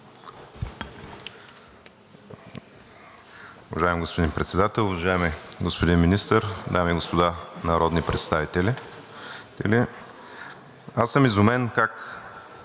Уважаеми господин Председател, уважаеми господин Министър, дами и господа народни представители! Аз съм изумен как